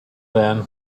then